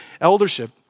Eldership